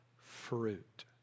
fruit